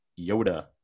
Yoda